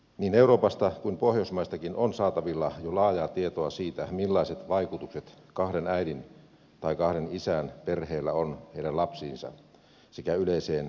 niin euroopasta kuin pohjoismaistakin on saatavilla jo laajaa tietoa siitä millaiset vaikutukset kahden äidin tai kahden isän perheellä on heidän lapsiinsa sekä yleiseen suvaitsevaisuuteen